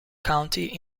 county